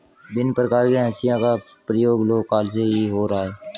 भिन्न प्रकार के हंसिया का प्रयोग लौह काल से ही हो रहा है